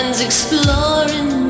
Exploring